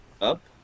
up